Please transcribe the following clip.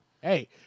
Hey